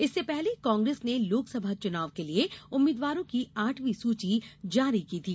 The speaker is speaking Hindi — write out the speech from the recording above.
इससे पहले कांग्रेस ने लोकसभा चुनाव के लिए उम्मीदवारों की आठवीं सूची जारी की थी